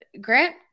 Grant